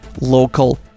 local